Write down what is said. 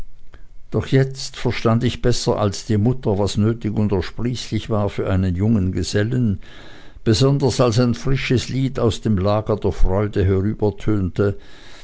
doch jetzt verstand ich besser als die mutter was nötig und ersprießlich war für einen jungen gesellen besonders als ein frisches lied aus dem lager der freude